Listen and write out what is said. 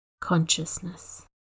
consciousness